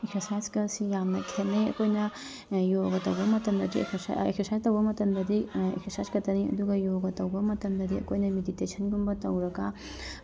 ꯑꯦꯛꯁꯔꯁꯥꯏꯖꯀꯁꯤ ꯌꯥꯝꯅ ꯈꯦꯠꯅꯩ ꯑꯩꯈꯣꯏꯅ ꯌꯣꯒꯥ ꯇꯧꯕ ꯃꯇꯝꯗꯁꯨ ꯑꯦꯛꯁꯔꯁꯥꯏꯖ ꯑꯦꯛꯁꯔꯁꯥꯏꯖ ꯇꯧꯕ ꯃꯇꯝꯗꯗꯤ ꯑꯦꯛꯁꯔꯁꯥꯏꯖ ꯈꯛꯇꯅꯤ ꯑꯗꯨꯒ ꯌꯣꯒꯥ ꯇꯧꯕ ꯃꯇꯝꯗꯗꯤ ꯑꯩꯈꯣꯏꯅ ꯃꯦꯗꯤꯇꯦꯁꯟꯒꯨꯝꯕ ꯇꯧꯔꯒ